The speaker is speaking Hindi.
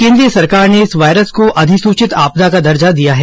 केन्द्र सरकार ने इस वायरस को अधिसूचित आपदा का दर्जा दिया है